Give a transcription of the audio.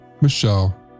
Michelle